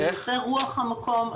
לנושא רוח המקום.